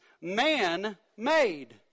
man-made